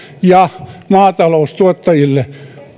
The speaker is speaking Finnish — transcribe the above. ja maataloustuottajille